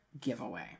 giveaway